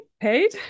paid